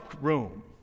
room